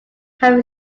have